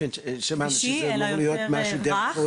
אלא יותר רך.